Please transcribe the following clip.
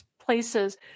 places